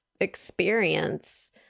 experience